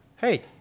Hey